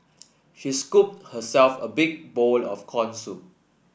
she scooped herself a big bowl of corn soup